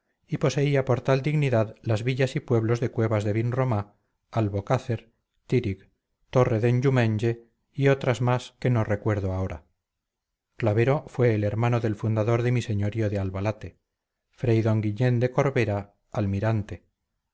y poseía por tal dignidad las villas y pueblos de cuevas de vinromá albocácer tirig torre den dumenje y otras más que no recuerdo ahora clavero fue el hermano del fundador de mi señorío de albalate frey d guillén de corbera almirante